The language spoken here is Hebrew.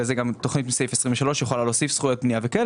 תוספת סעיך 23 יכולה להוסיף זכויות בנייה וכאלה